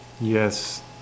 yes